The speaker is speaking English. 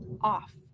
off